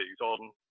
on